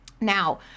now